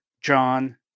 John